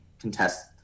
contest